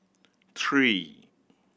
three